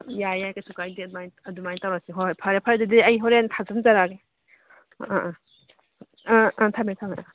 ꯌꯥꯏ ꯌꯥꯏ ꯀꯩꯁꯨ ꯀꯥꯏꯗꯦ ꯑꯗꯨꯃꯥꯏꯅ ꯇꯧꯔꯁꯤ ꯍꯣꯏ ꯍꯣꯏ ꯐꯔꯦ ꯐꯔꯦ ꯑꯗꯨꯗꯤ ꯑꯩ ꯍꯣꯔꯦꯟ ꯊꯥꯖꯤꯟꯖꯔꯛꯑꯒꯦ ꯑꯥ ꯑꯥ ꯑꯥ ꯑꯥ ꯊꯝꯃꯦ ꯊꯝꯃꯦ